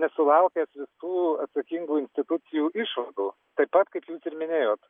nesulaukęs visų atsakingų institucijų išvadų taip pat kaip jūs ir minėjot